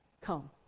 come